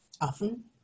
Often